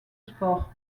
sport